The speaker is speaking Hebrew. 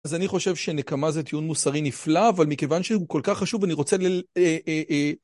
אז אני חושב שנקמה זה טיעון מוסרי נפלא, אבל מכיוון שהוא כל כך חשוב, אני רוצה ל...